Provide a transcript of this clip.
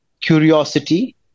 curiosity